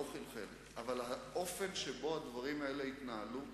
אבל אין ספק ששתי הסיעות הבכירות באופוזיציה,